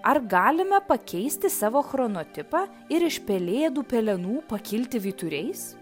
ar galime pakeisti savo chronotipą ir iš pelėdų pelenų pakilti vyturiais